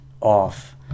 off